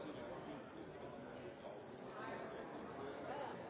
dessverre ut til